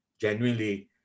genuinely